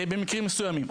במקרים מסוימים.